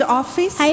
office